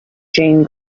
jane